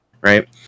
Right